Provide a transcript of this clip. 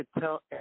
tell